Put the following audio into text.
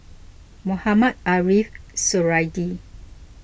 Mohamed Ariff Suradi